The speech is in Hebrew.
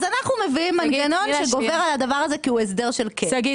אז אנחנו מביאים מנגנון שגובר על הדבר הזה כי הוא הסדר של קבע.